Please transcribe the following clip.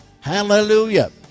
Hallelujah